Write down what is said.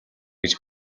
гэж